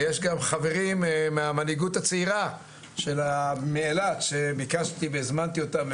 ויש גם חברים מהמנהיגות הצעירה מאילת שביקשתי והזמנתי אותם.